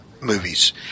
movies